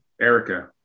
Erica